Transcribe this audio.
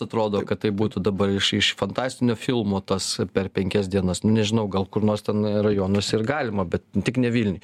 atrodo kad tai būtų dabar iš iš fantastinio filmo tas per penkias dienas nu nežinau gal kur nors ten rajonuose ir galima bet tik ne vilniuj